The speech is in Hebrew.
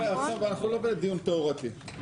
יוליה, אנחנו לא בדיון תיאורטי עכשיו.